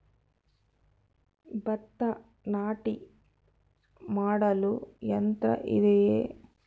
ಭತ್ತ ನಾಟಿ ಮಾಡಲು ಯಂತ್ರ ಇದೆಯೇ?